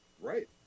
Right